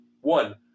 one